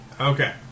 Okay